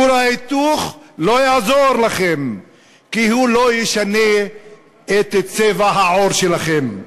כור ההיתוך לא יעזור לכם כי הוא לא ישנה את צבע העור שלכם.